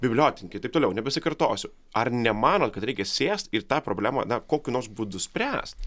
bibliotekininkai ir taip toliau nebesikartosiu ar nemanot kad reikia sėst ir tą problemą na kokiu nors būdu spręst